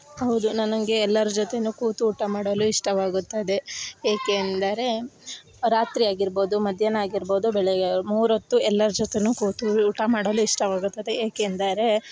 ಹೌದು ನನಗೆ ಎಲ್ಲಾರ ಜೊತೆ ಕೂತು ಊಟ ಮಾಡಲು ಇಷ್ಟವಾಗುತ್ತದೆ ಏಕೆಂದರೆ ರಾತ್ರಿ ಆಗಿರ್ಬೌದು ಮಧ್ಯಾಹ್ನ ಆಗಿರ್ಬೌದು ಬೆಳಗ್ಗೆ ಆಗಿ ಮೂರೊತ್ತು ಎಲ್ಲಾರ ಜೊತೆ ಕೂತು ಊಟ ಮಾಡಲು ಇಷ್ಟವಾಗುತ್ತದೆ ಏಕೆಂದರೆ